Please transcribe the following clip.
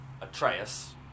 Atreus